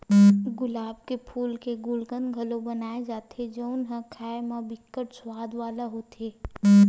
गुलाब के फूल के गुलकंद घलो बनाए जाथे जउन ह खाए म बिकट सुवाद वाला होथे